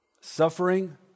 suffering